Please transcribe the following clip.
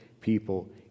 people